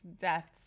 deaths